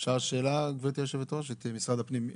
אפשר שאלה כבוד יושבת הראש, את משרד הפנים.